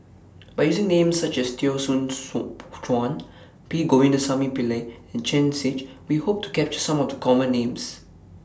By using Names such as Teo Soon Food Chuan P Govindasamy Pillai and Chen Shiji We Hope to capture Some of The Common Names